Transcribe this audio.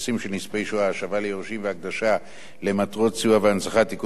(השבה ליורשים והקדשה למטרות סיוע והנצחה) (תיקון מס' 2),